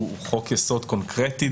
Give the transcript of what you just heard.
הוא חוק-יסוד קונקרטי,